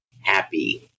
happy